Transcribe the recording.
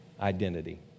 identity